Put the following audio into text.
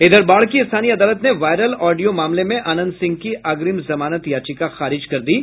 इधर बाढ़ की स्थानीय अदालत ने वायरल ऑडियो मामले में अनंत सिंह की अग्रिम जमानत याचिका खारिज कर दी है